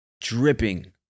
Dripping